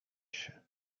się